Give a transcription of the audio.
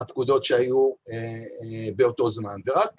‫הפקודות שהיו באותו זמן. ורק...